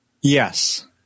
Yes